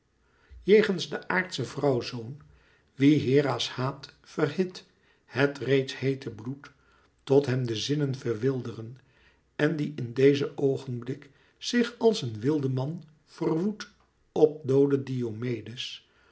jegens der aardsche vrouw zoon wien hera's haat verhit het reeds heete bloed tot hem de zinnen verwilderen en die in dezen oogenblik zich als een wildeman verwoedt op dooden diomedes